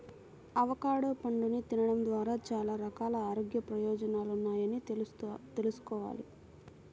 avocado పండుని తినడం ద్వారా చాలా రకాల ఆరోగ్య ప్రయోజనాలున్నాయని తెల్సుకోవాలి